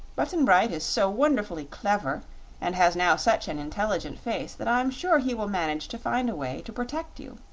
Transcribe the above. button-bright is so wonderfully clever and has now such an intelligent face that i'm sure he will manage to find a way to protect you.